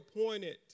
appointed